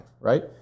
right